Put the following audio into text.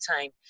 time